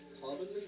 commonly